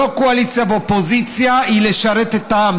לא קואליציה ואופוזיציה, היא לשרת את העם.